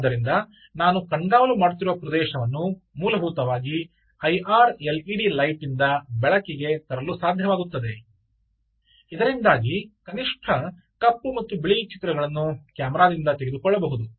ಆದ್ದರಿಂದ ನಾನು ಕಣ್ಗಾವಲು ಮಾಡುತ್ತಿರುವ ಪ್ರದೇಶವನ್ನು ಮೂಲಭೂತವಾಗಿ IR L E D light ನಿಂದ ಬೆಳಕಿಗೆ ತರಲು ಸಾಧ್ಯವಾಗುತ್ತದೆ ಇದರಿಂದಾಗಿ ಕನಿಷ್ಟ ಕಪ್ಪು ಮತ್ತು ಬಿಳಿ ಚಿತ್ರಗಳನ್ನು ಕ್ಯಾಮೆರಾದಿಂದ ತೆಗೆದುಕೊಳ್ಳಬಹುದು